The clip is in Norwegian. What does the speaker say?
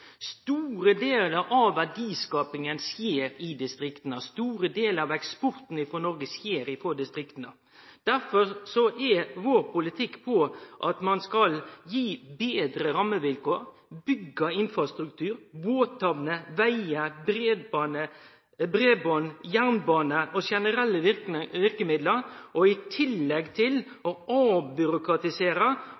Store delar av verdiskapinga og eksporten frå Noreg skjer i distrikta. Derfor er vår politikk at ein skal gi betre rammevilkår, byggje infrastruktur – båthamner, vegar, breiband, jernbane og generelle verkemiddel – og i tillegg avbyråkratisere og gi dei sjølvråderett til